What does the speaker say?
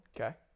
Okay